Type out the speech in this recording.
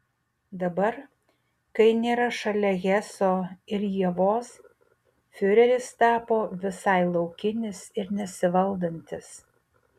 dabar kai nėra šalia heso ir ievos fiureris tapo visai laukinis ir nesivaldantis